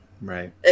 Right